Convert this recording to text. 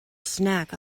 snack